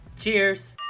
Cheers